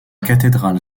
cathédrale